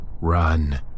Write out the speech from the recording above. Run